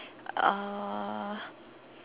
uh